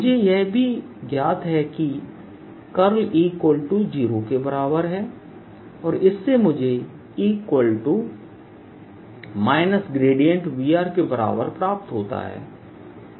मुझे यह भी ज्ञात है कि E0के बराबर है और इससे मुझे E Vके बराबर प्राप्त होता है